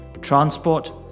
transport